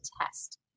test